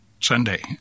Sunday